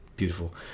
beautiful